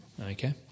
Okay